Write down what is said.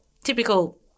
Typical